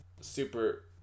super